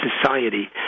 society